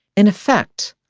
in effect,